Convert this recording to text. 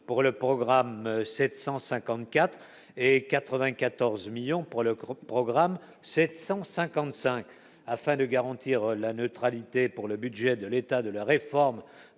pour le programme 754 et 94 millions pour le grand programme 755 afin de garantir la neutralité pour le budget de l'État, de la réforme